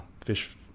fish